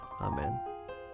Amen